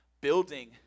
building